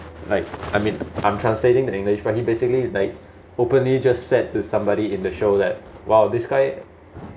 like I mean I'm translating the english but he basically like openly just said to somebody in the show that !wow! this guy